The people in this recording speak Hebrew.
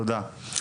תודה.